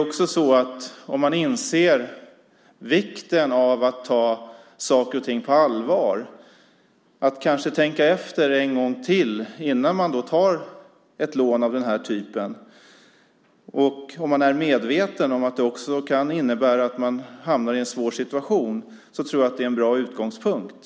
Man borde inse vikten av att ta saker och ting på allvar och av att kanske tänka efter en gång till innan man tar ett lån av den här typen. Om man är medveten om att det kan innebära att man hamnar i en svår situation tror jag att det är en bra utgångspunkt.